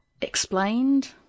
explained